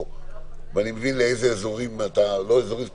לא יהיה ניגוד עניינים.